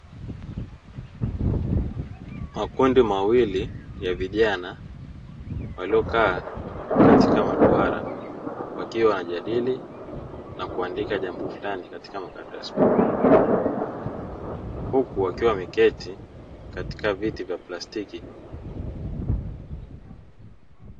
Makundi mawili ya vijana waliokaa katika maduara wakiwa wanajadili na kuandika jambo fulani katika makaratasi makubwa, huku wakiwa wameketi katika viti vya plastiki.